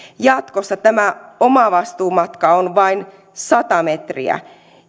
jatkossa tämä omavastuumatka on vain sata metriä